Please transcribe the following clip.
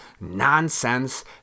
nonsense